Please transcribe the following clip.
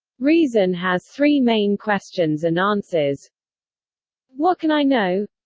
reason has three main questions and answers what can i know?